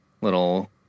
little